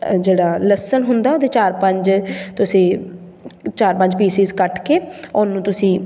ਜਿਹੜਾ ਲੱਸਣ ਹੁੰਦਾ ਉਹਦੇ ਚਾਰ ਪੰਜ ਤੁਸੀਂ ਚਾਰ ਪੰਜ ਪੀਸਿਸ ਕੱਟ ਕੇ ਉਹਨੂੰ ਤੁਸੀਂ